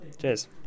Cheers